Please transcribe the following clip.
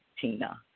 Tina